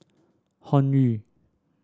hoyu